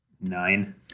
Nine